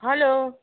hello